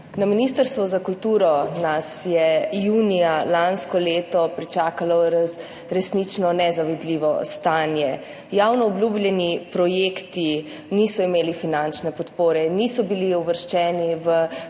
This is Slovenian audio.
Na Ministrstvu za kulturo nas je junija lansko leto pričakalo resnično nezavidljivo stanje. Javno obljubljeni projekti niso imeli finančne podpore, niso bili uvrščeni v nacionalne